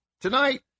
Tonight